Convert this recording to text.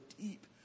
deep